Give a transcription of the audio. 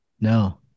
No